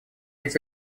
эти